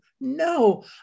no